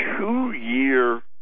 two-year